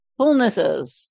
Fullnesses